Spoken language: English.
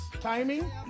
timing